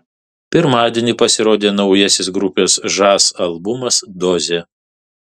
pirmadienį pasirodė naujasis grupės žas albumas dozė